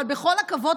אבל עם כל הכבוד,